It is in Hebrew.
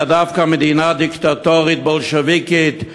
אלא דווקא מדינה דיקטטורית, בולשביקית.